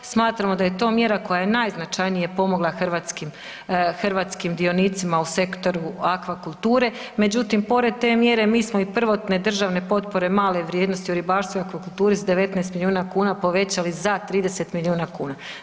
Smatramo da je to mjera koja je najznačajnije pomogla hrvatskim dionicima u sektoru akvakulture, međutim pored te mjere mi smo i prvotne državne potpore male vrijednosti u ribarstvu i akvakulturi s 19 miliona kuna povećali za 30 miliona kuna.